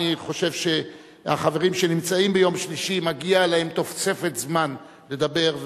אני חושב שלחברים שנמצאים ביום שלישי מגיעה תוספת זמן לדבר,